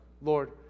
Lord